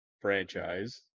Franchise